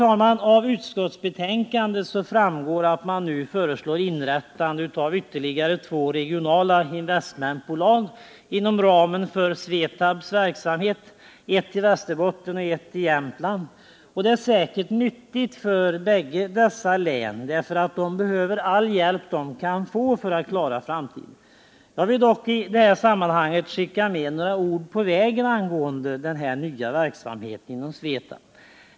Av utskottsbetänkandet framgår att man nu föreslår inrättandet av ytterligare två regionala investmentbolag inom ramen för Svetabs verksamhet, ett i Västerbotten och ett i Jämtland, och det är säkerligen nyttigt för bägge dessa län, därför att de behöver all den hjälp de kan få för att klara framtiden. Jag vill dock i detta sammanhang skicka med några ord på vägen angående den här nya verksamheten inom Svetab.